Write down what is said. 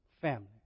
family